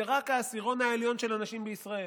זה רק העשירון העליון של הנשים בישראל,